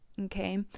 Okay